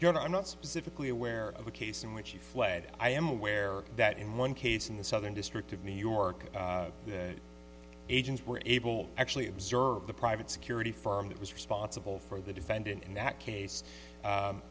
you're not specifically aware of a case in which you fled i am aware that in one case in the southern district of new york the agents were able to actually observe the private security firm that was responsible for the defendant in that case